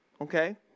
okay